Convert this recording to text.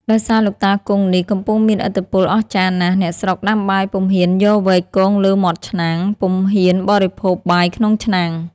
ដោយសារលោកតាគង់នេះ កំពុងមានឥទ្ធិពលអស្ចារ្យណាស់ អ្នកស្រុកដាំបាយពុំហ៊ានយកវែកគងលើមាត់ឆ្នាំង ពុំហ៊ានបរិភោគបាយក្នុងឆ្នាំង ។